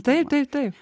taip taip taip